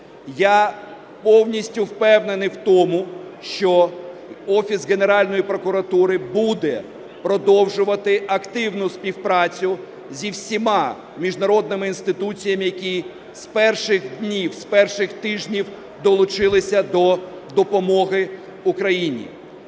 Я повністю впевнений в тому, що Офіс Генеральної прокуратури буде продовжувати активну співпрацю зі всіма міжнародними інституціями, які з перших днів, з перших тижнів долучилися до допомоги Україні.